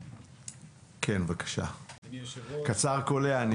כן, בבקשה, קצר וקולע.